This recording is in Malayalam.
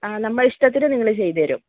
ആ നമ്മളെ ഇഷ്ടത്തിന് നിങ്ങൾ ചെയ്തു തരും